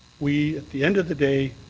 we at the end of the day,